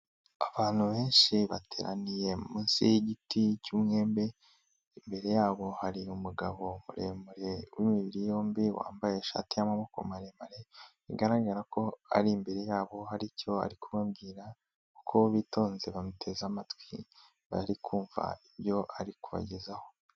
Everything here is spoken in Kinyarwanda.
Abantu benshi bateraniye munsi y'igiti cy'umwembe, imbere yabo hari umugabo muremure w'imibiri yombi wambaye ishati y'amaboko maremare, bigaragara ko ari imbere yabo hari icyo ari kubambwira kuko bitonze bamuteze amatwi bari kumva ibyo ari kubagezaho.